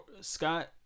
Scott